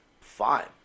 fine